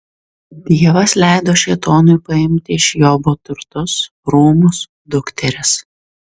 dievas leido šėtonui paimti iš jobo turtus rūmus dukteris